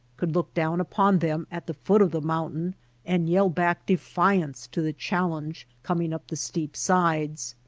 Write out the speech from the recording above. could look down upon them at the foot of the mountain and yell back defiance to the challenge coming up the steep sides.